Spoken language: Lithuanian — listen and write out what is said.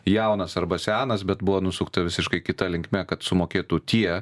jaunas arba senas bet buvo nusukta visiškai kita linkme kad sumokėtų tie